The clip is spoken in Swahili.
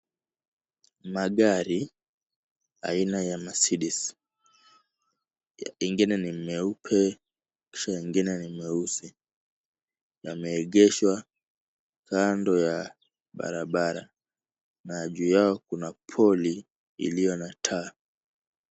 Magari aina ya Marcedes, ingine ni nyeupe kisha ingine ni nyeusi, yameegeshwa kando na barabara, na juu yao kuna pole iliyo na taa.